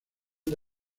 del